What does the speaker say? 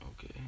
Okay